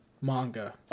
manga